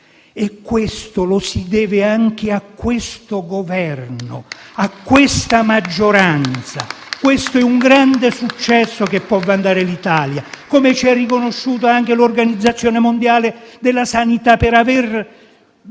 e questo lo si deve anche al Governo e alla maggioranza. Questo è un grande successo che può vantare l'Italia, come ci ha riconosciuto anche l'Organizzazione mondiale della sanità, per aver